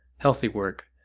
healthy work,